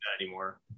anymore